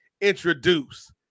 introduce